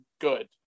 good